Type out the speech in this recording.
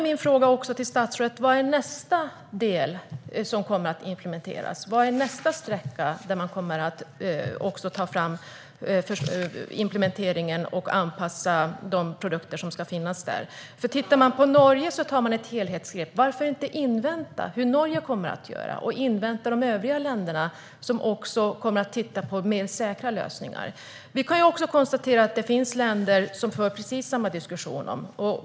Min fråga till statsrådet är: Vilken är nästa sträcka där man kommer att implementera detta och anpassa de produkter som ska finnas där? I Norge tar man ett helhetsgrepp. Varför inte invänta hur Norge kommer att göra och också invänta de övriga länder som kommer att titta på mer säkra lösningar? Vi kan konstatera att det finns länder som för precis samma diskussion om detta.